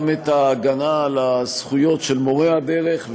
גם את ההגנה על הזכויות של מורי הדרך,